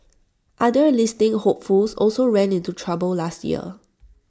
other listing hopefuls also ran into trouble last year